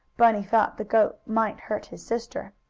bunny thought the goat might hurt his sister.